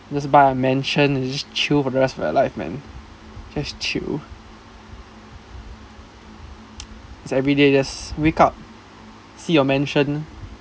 just buy a mansion and just chill for the rest of my life man just chill it's like everyday just wake up see your mansion